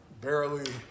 barely